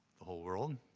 the whole world.